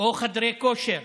או חדרי כושר